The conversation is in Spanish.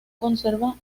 conserva